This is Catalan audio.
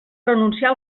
renunciar